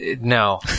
No